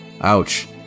Ouch